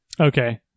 Okay